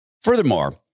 Furthermore